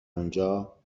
اونجا